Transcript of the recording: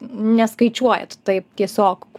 neskaičiuojat taip tiesiog